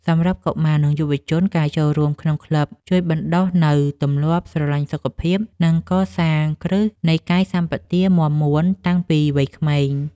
សម្រាប់កុមារ និងយុវជន ការចូលរួមក្នុងក្លឹបជួយបណ្ដុះនូវទម្លាប់ស្រឡាញ់សុខភាព និងកសាងគ្រឹះនៃកាយសម្បទាមាំមួនតាំងពីវ័យក្មេង។